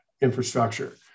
infrastructure